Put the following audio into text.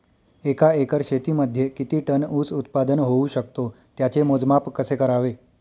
एका एकर शेतीमध्ये किती टन ऊस उत्पादन होऊ शकतो? त्याचे मोजमाप कसे करावे?